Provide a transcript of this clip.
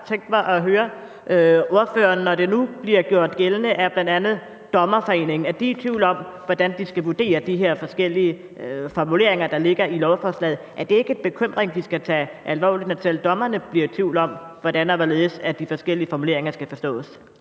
godt tænke mig at høre ordføreren: Når det nu bliver gjort gældende af bl.a. Dommerforeningen, at de er i tvivl om, hvordan de skal vurdere de her forskellige formuleringer, der ligger i lovforslaget; når selv dommerne bliver tvivl om, hvordan og hvorledes de forskellige formuleringer skal forstås,